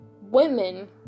women